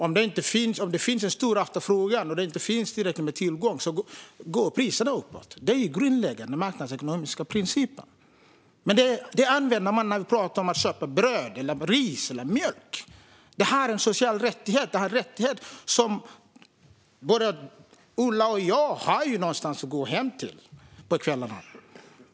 Om det finns en stor efterfrågan men inte tillräcklig tillgång går priserna upp. Det är grundläggande marknadsekonomiska principer. Men detta använder man när det handlar om att köpa bröd, ris eller mjölk. Bostaden är en social rättighet. Både Ola och jag har någonstans att gå hem till på kvällarna.